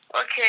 Okay